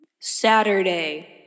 Saturday